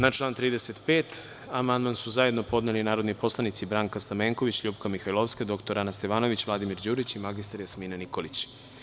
Na član 35. amandman su zajedno podneli narodni poslanici Branka Stamenković, LJupka Mihajlovska, dr Ana Stevanović, Vladimir Đurić i mr Jasmina Nikolić.